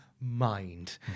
mind